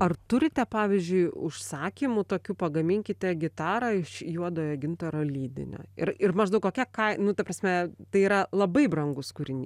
ar turite pavyzdžiui užsakymų tokių pagaminkite gitarą iš juodojo gintaro lydinio ir ir maždaug kokia kai nu ta prasme tai yra labai brangus kūrinys